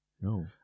No